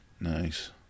nice